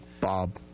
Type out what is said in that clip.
Bob